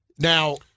Now